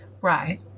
Right